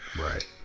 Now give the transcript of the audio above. Right